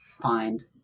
find